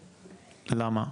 למה?